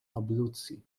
ablucji